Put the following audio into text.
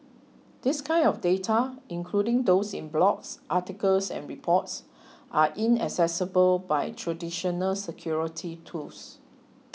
this kind of data including those in blogs articles and reports are inaccessible by traditional security tools